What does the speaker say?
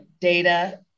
data